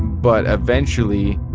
but eventually,